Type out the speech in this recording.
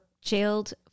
Jailed